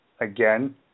again